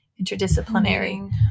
interdisciplinary